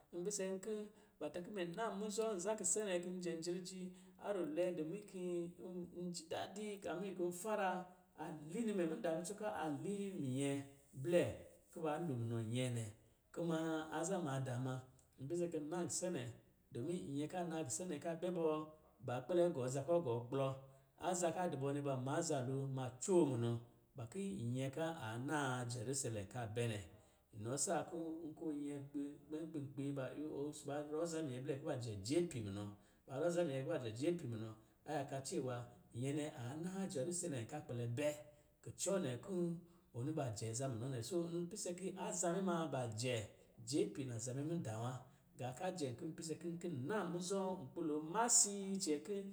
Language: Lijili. N pise nkɔ̄ ba ta kɔ̄ mɛ na muzɔ̄ nza kisenɛ kɔ̄ n jɛ jiriji a rulwe dɔmin kii n n ji dadi kamin kɔ̄ fara a li ni mɛ mudaa kucɔ ka li minyɛ blɛ kɔ̄ ba lo munɔ nƴɛɛ nɛ. kuma aza maadaa ma, n pise kɔ̄ n na kisenɛ, dɔmin nyɛ ka na kisɛnɛ ka bɛ bɔ, ba kpɛle gɔ aza kɔ̄ gɔ kplɔ, aza ka dɔ bɔ nɛ, ba ma aza lo ma cwoo munɔ, ba ki nyɛ ka a na jɛrusalɛm ka bɛ nɛ, inɔ saa kɔ̄ nkɔ̄ ɔ yɛ nkpī, gbɛ nkpī nkpī ba rɔ aza minyɛ kɔ̄ ba jp munɔ, ba rɔ aza minyɛ kɔ̄ ba jp munɔ a yaka cɛwa nyɛ nɛ a na jɛrusalɛm ka kpɛlɛ kɛ. kucɔ nɛ kɔ̄ ɔ ni ba jɛ aza munɔ nɛ, soo n pise kɔ̄ aza mɛ ma ba jɛ jp naza mɛ mudaa wa. Gā kaa jɛm ki pise ki nkin na muzɔ nkpī lo cɛn nkɔ̄